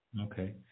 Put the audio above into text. okay